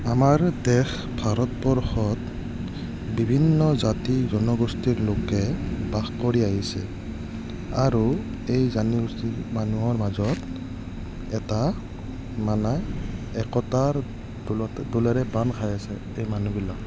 আমাৰ দেশ ভাৰতবৰ্ষত বিভিন্ন জাতি জনগোষ্ঠীৰ লোকে বাস কৰি আহিছে আৰু এই জনগোষ্ঠীৰ মানুহৰ মাজত এটা মানে একতাৰ ডোলেৰে বান্ধ খাই আছে এই মানুহবিলাক